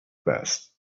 past